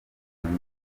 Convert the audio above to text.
zunze